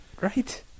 Right